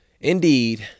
Indeed